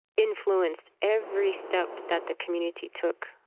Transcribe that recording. influenced every step that the community took,